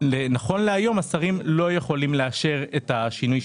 נכון להיום השרים לא יכולים לאשר את השינוי.